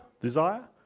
desire